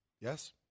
Yes